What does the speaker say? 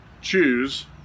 choose